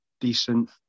decent